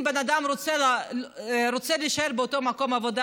אם בן אדם רוצה להישאר באותו מקום עבודה